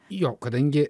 jo kadangi